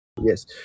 yes